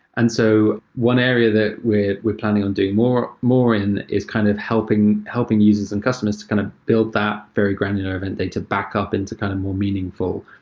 and so one area that we're we're planning on doing more more in is kind of helping helping users and customers to kind of build that very granular event data back up into kind of more meaningful,